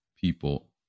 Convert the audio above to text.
people